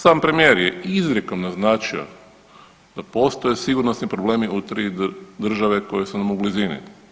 Sam premijer je izrijekom naznačio da postoje sigurnosni problemi u tri države koje su nam u blizini.